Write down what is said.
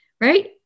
right